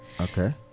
Okay